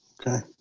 Okay